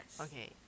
Okay